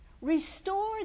Restore